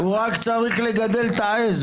הוא רק צריך לגדל את העז,